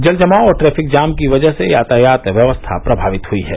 जल जमाव और ट्रैफिक जाम की वजह से यातायात व्यवस्था प्रभावित हुयी है